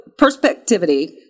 perspectivity